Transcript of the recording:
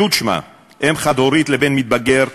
י' שמה, אם חד-הורית לבן מתבגר נכה,